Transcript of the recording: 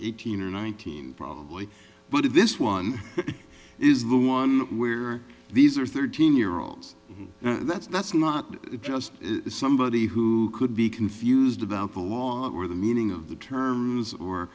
eighteen or nineteen probably but if this one is the one where these are thirteen year olds that's that's not just somebody who could be confused about the law or the meaning of the terms or